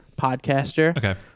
podcaster